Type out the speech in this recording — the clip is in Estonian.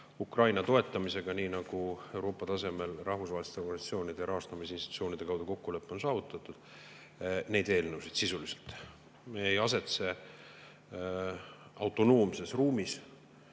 Ukraina toetamisega, nii nagu Euroopa tasemel rahvusvaheliste organisatsioonide ja rahastamisinstitutsioonide kaudu kokkulepe on saavutatud, neid eelnõusid sisuliselt. Me ei asetse autonoomses ruumis.